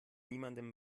niemandem